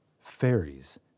Fairies